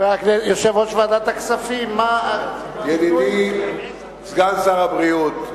היושב-ראש, ידידי סגן שר הבריאות,